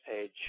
page